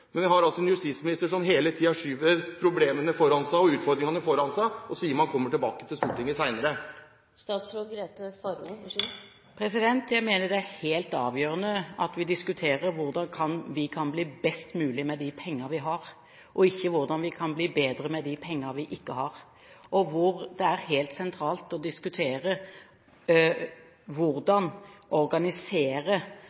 Men vi har altså en justisminister som hele tiden skyver problemene og utfordringene foran seg og sier man kommer tilbake til Stortinget senere. Jeg mener det er helt avgjørende at vi diskuterer hvordan vi kan bli best mulig med de pengene vi har, og ikke hvordan vi kan bli bedre med de pengene vi ikke har. Og det er helt sentralt å diskutere